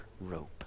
rope